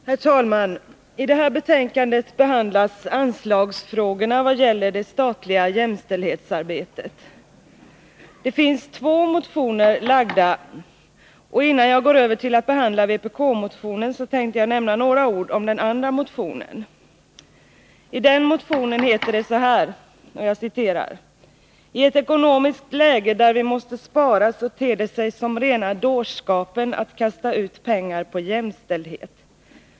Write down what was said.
Herr talman! I det här betänkandet behandlas anslagsfrågorna vad gäller det statliga jämställdhetsarbetet. Två motioner har väckts, och innan jag går över till att behandla vpk-motionen tänkte jag nämna några ord om den andra motionen. I den motionen heter det: ”I ett ekonomiskt läge där vi måste spara ——— så ter det sig som rena dårskapen att kasta ut pengar på ”jämställdhet”.